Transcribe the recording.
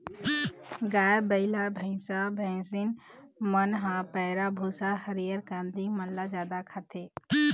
गाय, बइला, भइसा, भइसी मन ह पैरा, भूसा, हरियर कांदी मन ल जादा खाथे